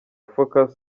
focus